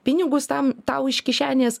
pinigus tam tau iš kišenės